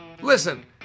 Listen